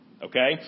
Okay